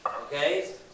Okay